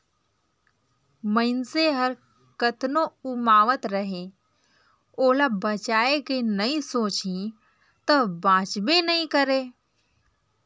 मइनसे हर कतनो उमावत रहें ओला बचाए के नइ सोचही त बांचबे नइ करे